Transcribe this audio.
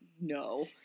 no